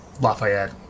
Lafayette